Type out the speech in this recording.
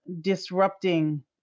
disrupting